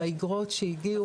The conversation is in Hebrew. באגרות שהגיעו.